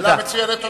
שאלה מצוינת.